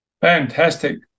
Fantastic